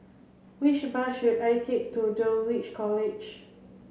which bus should I take to Dulwich College